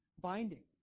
binding